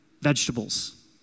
vegetables